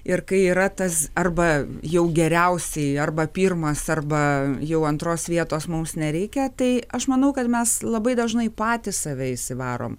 ir kai yra tas arba jau geriausiai arba pirmas arba jau antros vietos mums nereikia tai aš manau kad mes labai dažnai patys save įsivarom